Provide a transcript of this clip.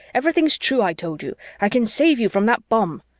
everything's true i told you i can save you from that bomb.